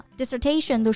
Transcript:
dissertation